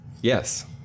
yes